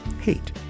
hate